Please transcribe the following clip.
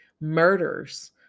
murders